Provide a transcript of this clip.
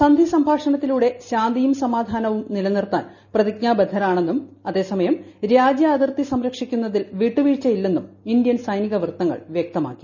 സന്ധി സംഭാഷണത്തിലൂടെ ശാന്തിയും സമാധാനവും നിലനിർത്താൻ പ്രതിജ്ഞാബദ്ധരാണെന്നും അതേ സമയം രാജ്യാതിർത്തി സംരക്ഷിക്കുന്നതിൽ പിട്ടു വീഴ്ചയി ല്ലെന്നും ഇന്ത്യൻ സൈനിക വൃത്തങ്ങൾ വ്യക്തമാക്കി